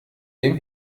dem